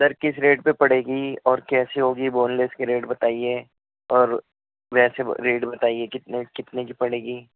سر کس ریٹ پے پڑے گی اور کیسی ہوگی بون لیس کے ریٹ بتائیے اور ویسے ریٹ بتائیے کتنے کتنے کی پڑے گی